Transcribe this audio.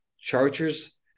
Chargers